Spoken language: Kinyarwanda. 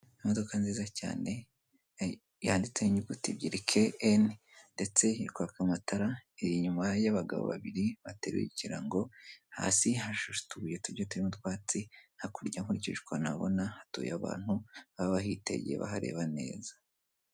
Imodoka nziza cyane yanditse inyuguti ebyiri ke eni ndetse iri kwaka amatara. Iri inyuma y'abagabo babiri bateruye ikirango hasi hashahse utubuye tugiye turimo utwatsi. Hakurya nkurije ukuntu mabona hatuye abantu aho baba bahitegeye bahareba neza.